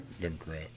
Democrat